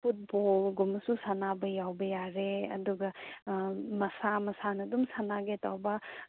ꯐꯨꯠꯕꯣꯜꯒꯨꯝꯕꯁꯨ ꯁꯥꯟꯅꯕ ꯌꯥꯎꯕ ꯌꯥꯔꯦ ꯑꯗꯨꯒ ꯃꯁꯥ ꯃꯁꯥꯅ ꯑꯗꯨꯝ ꯁꯥꯟꯅꯒꯦ ꯇꯧꯕ